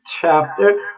Chapter